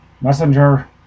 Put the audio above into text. Messenger